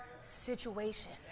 situation